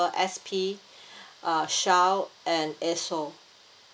S_P uh shell and esso